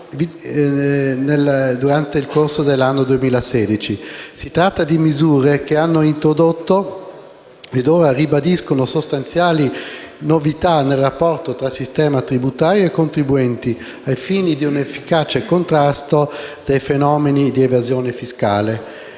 Si tratta di misure che hanno introdotto, e ora ribadiscono, sostanziali novità nel rapporto tra sistema tributario e contribuenti, ai fini di un efficace contrasto dei fenomeni di evasione fiscale.